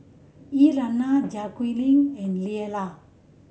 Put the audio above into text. Elaina Jacquelyn and Lella